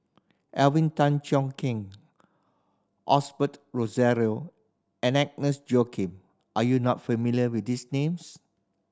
Alvin Tan Cheong Kheng Osbert Rozario and Agnes Joaquim are you not familiar with these names